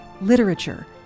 literature